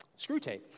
Screwtape